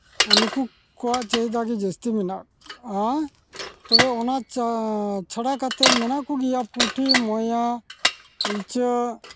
ᱱᱩᱠᱩ ᱠᱚᱣᱟᱜ ᱪᱟᱹᱦᱤᱫᱟ ᱜᱮ ᱡᱟᱹᱥᱛᱤ ᱢᱮᱱᱟᱜᱼᱟ ᱛᱚᱵᱮ ᱚᱱᱟ ᱪᱟ ᱪᱷᱟᱲᱟ ᱠᱟᱛᱮᱫ ᱢᱮᱱᱟᱜ ᱠᱚᱜᱮᱭᱟ ᱯᱩᱸᱴᱷᱤ ᱢᱚᱭᱟ ᱤᱪᱟᱹᱜ